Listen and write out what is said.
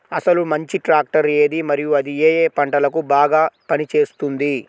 అసలు మంచి ట్రాక్టర్ ఏది మరియు అది ఏ ఏ పంటలకు బాగా పని చేస్తుంది?